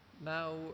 Now